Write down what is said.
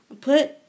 put